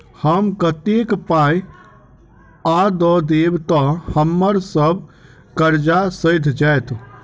हम कतेक पाई आ दऽ देब तऽ हम्मर सब कर्जा सैध जाइत?